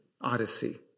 Odyssey